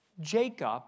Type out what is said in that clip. Jacob